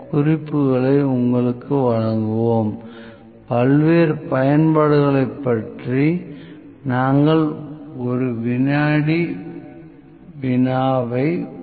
பின்னர் நான் விகிதாச்சாரம் மற்றும் இருவகை விநியோகம் பற்றி விவாதித்தேன் பின்னர்சில தகவல்கள் மூலம் சீ ஸ்கொயர் விநியோகம் எவ்வாறு மாதிரி மற்றும் மொத்ததொகையின் மாறுபாடுகளை ஒப்பிட்டுப் பார்க்கிறது என்பதை அறிந்தோம் அடுத்து வெளியீட்டாளர்களைக் கண்டறிய ஒரு விதியைக் கண்டோம்